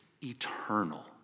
eternal